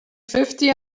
fifty